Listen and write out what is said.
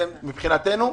מבחינתנו,